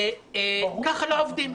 ככה לא עובדים.